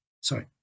sorry